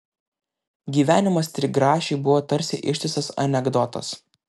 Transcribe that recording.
gyvenimas trigrašiui buvo tarsi ištisas anekdotas